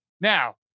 Now